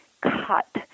cut